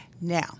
Now